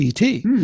et